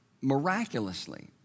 miraculously